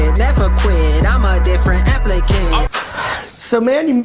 never quit and i'm a different applicant so, man,